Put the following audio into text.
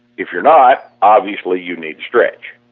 if you are not, obviously you need stretch.